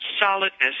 solidness